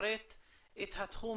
שמפרט את התחום